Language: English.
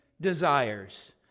desires